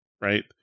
right